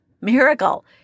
miracle